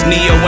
Neo